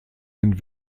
ein